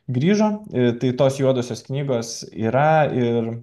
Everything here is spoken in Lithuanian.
grįžo ir tai tos juodosios knygos yra ir